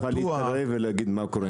זה רשות התחרות צריכה להתערב ולהגיד מה קורה.